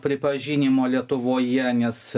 pripažinimo lietuvoje nes